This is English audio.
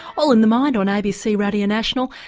all in the mind on abc radio national,